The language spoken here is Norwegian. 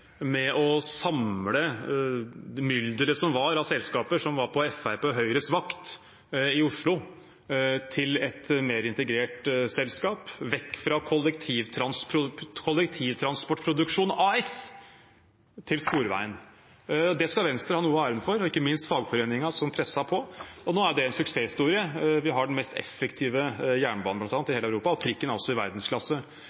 med å samle det mylderet som var av selskaper på Fremskrittspartiet og Høyres vakt i Oslo, til et mer integrert selskap – vekk fra Kollektivtransportproduksjon AS og til Sporveien. Det skal Venstre ha noe av æren for – og ikke minst fagforeningen som presset på. Nå er det en suksesshistorie. Vi har bl.a. den mest effektive T-banen i hele Europa, og trikken er også i